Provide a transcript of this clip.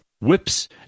whips